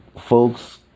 folks